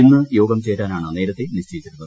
ഇന്ന് യോഗം ചേരാനാണ് നേരത്തെ നിശ്ചയിച്ചിരുന്നത്